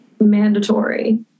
mandatory